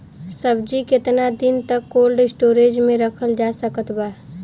सब्जी केतना दिन तक कोल्ड स्टोर मे रखल जा सकत बा?